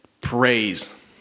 praise